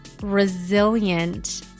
resilient